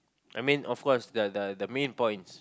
I mean of course the the the main points